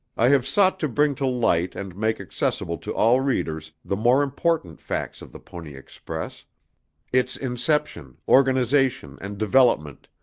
i have sought to bring to light and make accessible to all readers the more important facts of the pony express its inception, organization and development,